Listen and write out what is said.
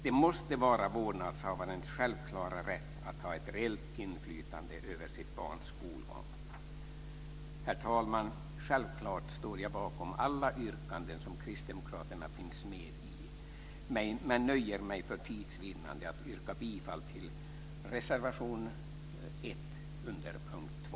Det måste vara vårdnadshavarens självklara rätt att ha ett reellt inflytande över sitt barns skolgång. Herr talman! Självklart står jag bakom alla yrkanden som kristdemokraterna finns med på, men jag nöjer mig för tids vinnande med att yrka bifall till reservation 1 under punkt 2.